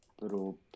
little